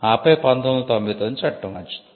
ఆపై 1999 చట్టం వచ్చింది